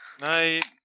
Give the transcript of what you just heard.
Night